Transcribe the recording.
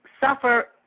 suffer